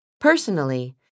Personally